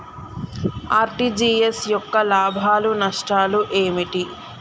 RTGS యొక్క లాభాలు నష్టాలు ఏమిటి?